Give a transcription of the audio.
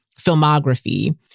filmography